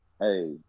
Hey